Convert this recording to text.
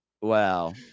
Wow